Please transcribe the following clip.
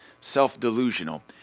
self-delusional